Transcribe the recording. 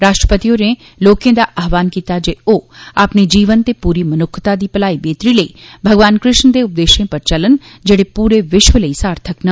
राष्ट्र ति होरें लोकें गी आहवान कीता जे ओ अ ने जीवन ते ूरी मनुक्खता दी भलाई बेहतरी लेई भगवान कृष्ण दे उ देशें र चलन जेहड़े अकाल न ते रे विश्व लेई सार्थक न